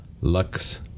Lux